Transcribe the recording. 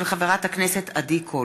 של חברת הכנסת עדי קול,